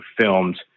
filmed